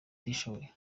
itishoboye